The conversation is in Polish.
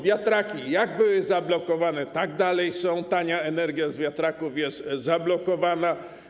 Wiatraki jak były zablokowane, tak dalej są, tania energia z wiatraków jest zablokowana.